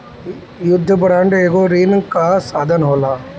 युद्ध बांड एगो ऋण कअ साधन होला